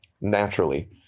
naturally